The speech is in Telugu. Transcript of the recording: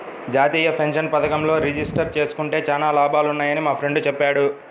జాతీయ పెన్షన్ పథకంలో రిజిస్టర్ జేసుకుంటే చానా లాభాలున్నయ్యని మా ఫ్రెండు చెప్పాడు